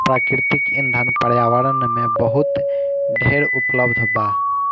प्राकृतिक ईंधन पर्यावरण में बहुत ढेर उपलब्ध बा